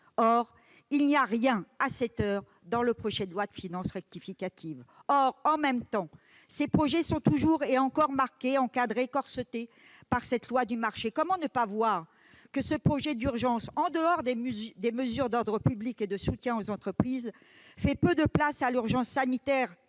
Or rien n'est prévu à cette heure dans le projet de loi de finances rectificative. Or, « en même temps », ces textes sont encore et toujours marqués, encadrés, corsetés par la loi du marché. Comment ne pas voir que ce projet de loi d'urgence, en dehors des mesures d'ordre public et de soutien aux entreprises qu'il contient, fait peu de place à l'urgence sanitaire